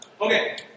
Okay